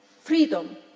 freedom